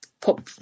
pop